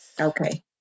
okay